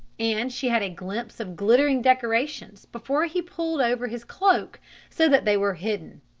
and she had a glimpse of glittering decorations before he pulled over his cloak so that they were hidden.